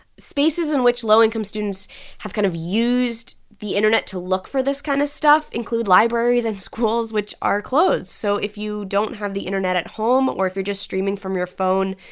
spaces in which low-income students have kind of used the internet to look for this kind of stuff include libraries and schools, which are closed. so if you don't have the internet at home or if you're just streaming from your phone,